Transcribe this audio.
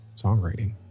songwriting